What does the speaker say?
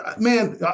man